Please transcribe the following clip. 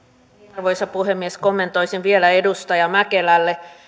arvoisa puhemies kommentoisin vielä edustaja mäkelälle